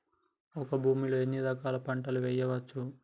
ఒక భూమి లో ఎన్ని రకాల పంటలు వేయచ్చు?